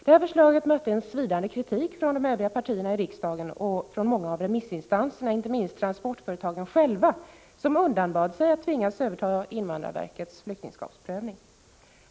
Detta förslag mötte en svidande kritik från de övriga partierna i riksdagen och många av remissinstanserna — inte minst från transportföretagen själva, som undanbad sig att tvingas överta invandrarverkets flyktingskapsprövning.